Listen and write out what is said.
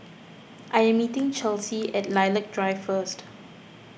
I am meeting Chelsea at Lilac Drive first